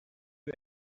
you